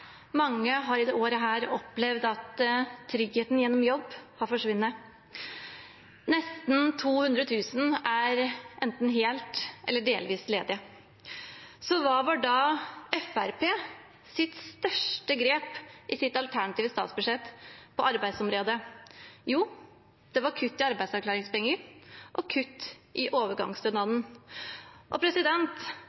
Mange har i dette året opplevd at tryggheten gjennom jobb har forsvunnet. Nesten 200 000 er enten helt eller delvis ledige. Så hva var da Fremskrittspartiets største grep på arbeidsområdet i deres alternative statsbudsjett? Jo, det var kutt i arbeidsavklaringspenger og kutt i